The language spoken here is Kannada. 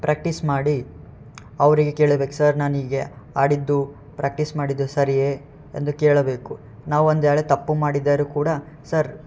ಪ್ರ್ಯಾಕ್ಟೀಸ್ ಮಾಡಿ ಅವರಿಗೆ ಕೇಳಿಬೇಕು ಸರ್ ನನಗೆ ಆಡಿದ್ದು ಪ್ರ್ಯಾಕ್ಟೀಸ್ ಮಾಡಿದ್ದು ಸರಿಯೇ ಎಂದು ಕೇಳಬೇಕು ನಾವು ಒಂದ್ವೇಳೆ ತಪ್ಪು ಮಾಡಿದರು ಕೂಡ ಸರ್